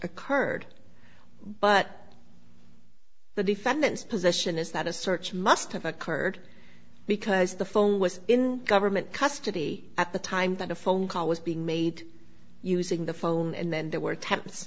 occurred but the defendant's position is that a search must have occurred because the phone was in government custody at the time that a phone call was being made using the phone and then there were